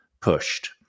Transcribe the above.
pushed